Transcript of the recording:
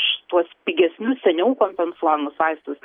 šituos pigesnius seniau kompensuojamus vaistus